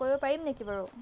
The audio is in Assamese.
কৰিব পাৰিম নেকি বাৰু